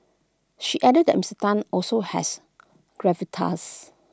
she added that Mister Tan also has gravitas